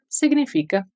significa